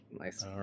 Nice